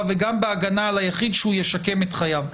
וגם בהגנה על היחיד שהוא ישקם את חייו.